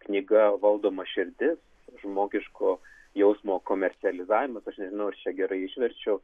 knyga valdoma širdis žmogiško jausmo komercializavimas aš nežinau ar čia gerai išverčiau